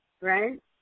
right